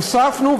הוספנו,